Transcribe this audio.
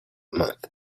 month